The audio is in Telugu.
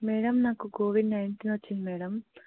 మ్యాడమ్ నాకు కోవిడ్ నైన్టీన్ వచ్చింది మ్యాడమ్